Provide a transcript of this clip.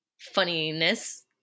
funniness